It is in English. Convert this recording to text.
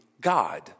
God